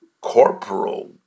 corporal